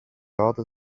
other